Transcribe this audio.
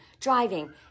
Driving